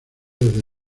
desde